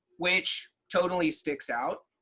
which totally sticks out.